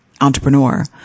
entrepreneur